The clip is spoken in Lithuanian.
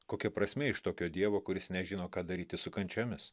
kokia prasmė iš tokio dievo kuris nežino ką daryti su kančiomis